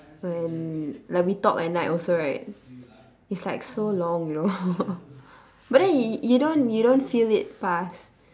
when like we talk at night also right it's like so long you know but then you don't you don't feel it pass